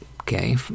okay